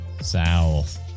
South